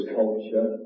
culture